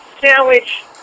sandwich